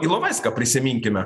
ilovaiską prisiminkime